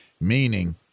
meaning